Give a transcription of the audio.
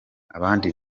abandi